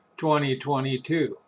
2022